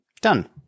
Done